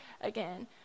again